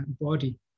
body